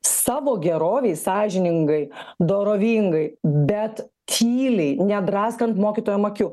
savo gerovei sąžiningai dorovingai bet tyliai nedraskant mokytojams akių